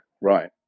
right